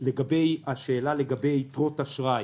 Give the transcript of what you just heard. השאלה לגבי יתרות אשראי,